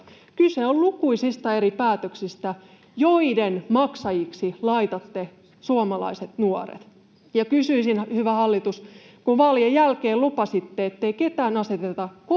Kyse on lukuisista eri päätöksistä, joiden maksajiksi laitatte suomalaiset nuoret. Ja kysyisin, hyvä hallitus: kun vaalien jälkeen lupasitte, ettei ketään aseteta kohtuuttomiin